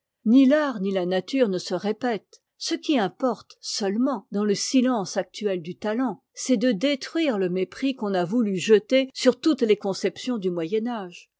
ni l'art ni la nature ne se répètent ce qui importe seulement dans le silence actuel du ta ent c'est de détruire le mépris qu'on a voulu jeter sur toutes les conceptions du